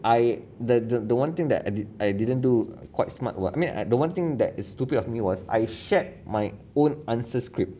I the the one thing that I did~ didn't do quite smart what I mean at the one thing that is stupid of me was I shared my own answer script